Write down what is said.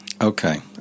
Okay